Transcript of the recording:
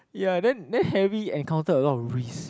ya then then Harry encounter a lot of risk